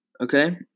Okay